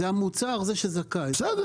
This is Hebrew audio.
המוצר הוא זה שזכאי לתעודה.